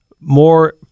more